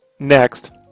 Next